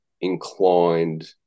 inclined